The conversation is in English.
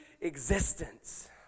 existence